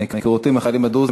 מהיכרותי את החיילים הדרוזים,